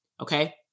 Okay